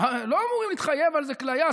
לא אמורים להתחייב על זה כליה,